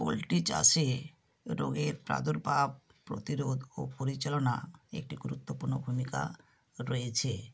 poultry চাষে রোগের প্রাদুর্ভাব প্রতিরোধ ও পরিচালনা একটি গুরুত্বপূর্ণ ভূমিকা রয়েছে